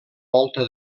volta